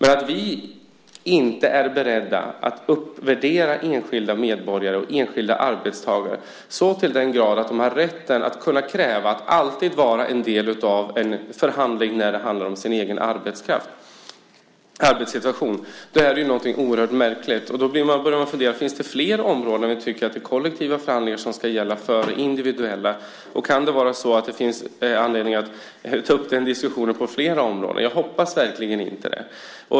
Att vi inte är beredda att uppvärdera enskilda medborgare och arbetstagare så till den grad att de har rätten att kräva att alltid vara en del av en förhandling när det handlar om deras egen arbetssituation är märkligt. Då kan man fundera på om det finns flera områden där kollektiva förhandlingar ska gälla före individuella. Finns det anledning att ta upp den diskussionen på flera områden? Jag hoppas verkligen inte det.